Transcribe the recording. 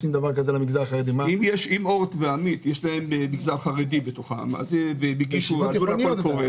יש להם מגזר חרדי בתוכם והגישו קול קורא